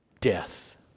death